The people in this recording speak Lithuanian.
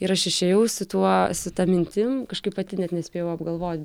ir aš išėjau su tuo su ta mintim kažkaip pati net nespėjau apgalvot